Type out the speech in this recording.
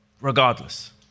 regardless